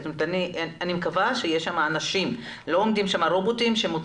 אני מקווה שיש שם אנשים ולא עומדים שם רובוטים